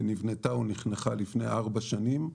אבל היא נבנתה ונחנכה רק לפני ארבע שנים,